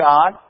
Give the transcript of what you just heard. God